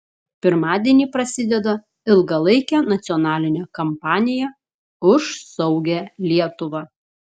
pirmadienį prasideda ilgalaikė nacionalinė kampanija už saugią lietuvą